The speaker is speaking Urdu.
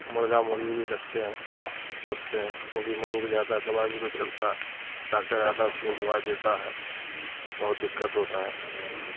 مرغا مرغی بھی رکھتے ہیں پوستے ہیں وہ بھی مر ار جاتا ہے دوائی بیرو چلتا ہے ڈاکٹر آتا ہے سوئی دوا دیتا ہے بہت دقت ہوتا ہے